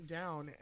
down